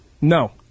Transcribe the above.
No